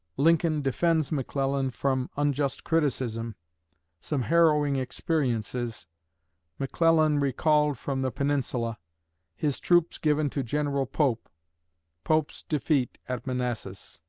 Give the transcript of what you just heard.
lincoln defends mcclellan from unjust criticism some harrowing experiences mcclellan recalled from the peninsula his troops given to general pope pope's defeat at manassas